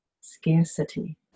scarcity